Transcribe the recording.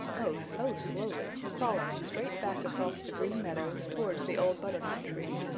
oh, so slowly, crawling straight back across the green meadows towards the old butternut tree.